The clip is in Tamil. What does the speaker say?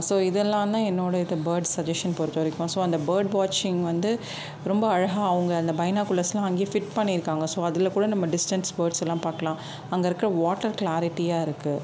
ஸோ இதெல்லாந்தான் என்னோட இது பேர்ட் சஜஷன் பொறுத்த வரைக்கும் ஸோ அந்த பேர்ட் வாட்ச்சிங் வந்து ரொம்ப அழகாக அவங்க அந்த பைனாகுலர்ஸ்லாம் அங்கே ஃபிட் பண்ணிருக்காங்க ஸோ அதில் கூட நம்ம டிஸ்டன்ஸ் பேர்ட்ஸ்ஸெல் லாம் பார்க்கலாம் அங்கே இருக்க வாட்டர் க்ளாரிட்டியாக இருக்கு